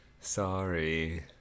Sorry